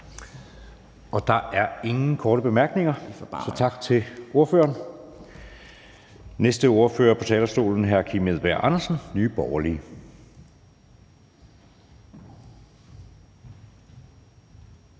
Der er ingen korte bemærkninger, så tak til ordføreren. Næste ordfører på talerstolen er hr. Kim Edberg Andersen, Nye Borgerlige.